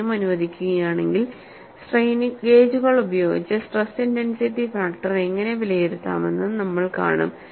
സമയം അനുവദിക്കുകയാണെങ്കിൽ സ്ട്രെയിൻ ഗേജുകൾ ഉപയോഗിച്ച് സ്ട്രെസ് ഇന്റെൻസിറ്റി ഫാക്ടർ എങ്ങനെ വിലയിരുത്താമെന്നും നമ്മൾ കാണും